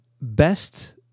best